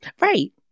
Right